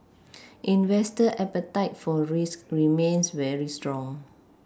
investor appetite for risk remains very strong